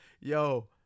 yo